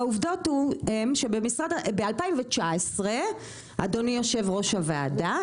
והעובדות הם שב- 2019 אדוני יושב ראש הוועדה,